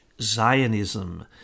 Zionism